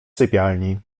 sypialni